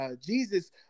Jesus